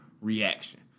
reaction